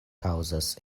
kaŭzas